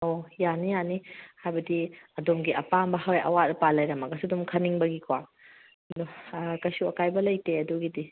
ꯑꯣ ꯌꯥꯅꯤ ꯌꯥꯅꯤ ꯍꯥꯏꯕꯗꯤ ꯑꯗꯣꯝꯒꯤ ꯑꯄꯥꯝꯕ ꯍꯣꯏ ꯑꯋꯥꯠ ꯑꯄꯥ ꯂꯩꯔꯝꯃꯒꯁꯨ ꯑꯗꯨꯝ ꯈꯟꯅꯤꯡꯕꯒꯤꯀꯣ ꯀꯩꯁꯨ ꯑꯀꯥꯏꯕ ꯂꯩꯇꯦ ꯑꯗꯨꯒꯤꯗꯤ